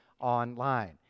online